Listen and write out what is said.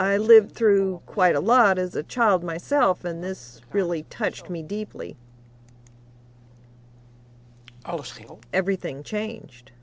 i lived through quite a lot as a child myself and this really touched me deeply i was single everything changed